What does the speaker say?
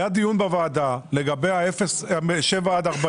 היה דיון בוועדה לגבי שבעה עד 40